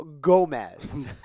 Gomez